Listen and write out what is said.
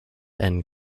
and